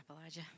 Elijah